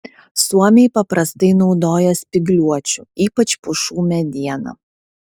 suomiai paprastai naudoja spygliuočių ypač pušų medieną